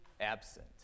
absent